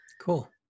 Cool